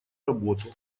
работу